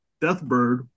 Deathbird